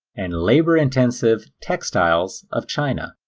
and labor intensive textiles of china.